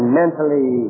mentally